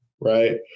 right